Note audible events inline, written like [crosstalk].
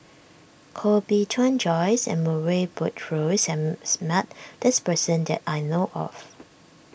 Koh Bee Tuan Joyce and Murray Buttrose [unintelligible] met this person that I know of